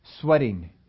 sweating